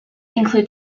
include